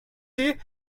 sie